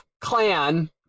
clan